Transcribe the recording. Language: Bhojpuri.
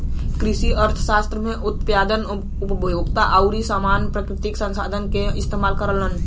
कृषि अर्थशास्त्र में उत्पादक, उपभोक्ता आउर समाज प्राकृतिक संसाधन क इस्तेमाल करलन